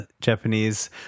Japanese